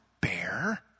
bear